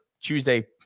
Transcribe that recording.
Tuesday